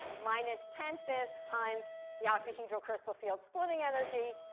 minus ten five times the octahedral crystal field splitting energy.